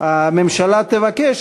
אם הממשלה תבקש,